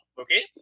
Okay